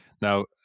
Now